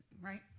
right